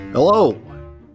Hello